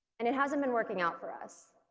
and it hasn't been working out for us